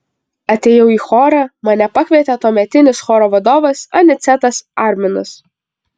atėjau į chorą mane pakvietė tuometinis choro vadovas anicetas arminas